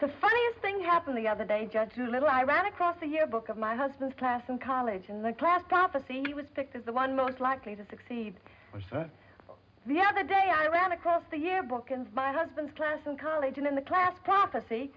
the funniest thing happened the other day just to little i ran across the yearbook of my husband's class in college and the class prophecy was picked as the one most likely to succeed was that the other day i ran across the yearbook and by husbands class in college and in the class prophecy